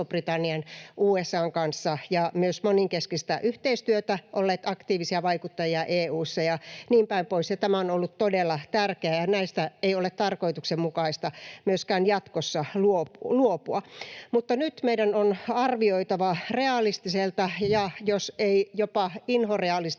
Ison-Britannian, USA:n kanssa ja myös monenkeskistä yhteistyötä, olleet aktiivisia vaikuttajia EU:ssa ja niin päin pois, ja tämä on ollut todella tärkeää, ja näistä ei ole tarkoituksenmukaista myöskään jatkossa luopua. Mutta nyt meidän on arvioitava realistiselta ja jos ei jopa inhorealistiselta